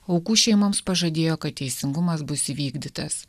aukų šeimoms pažadėjo kad teisingumas bus įvykdytas